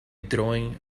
drawing